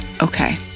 Okay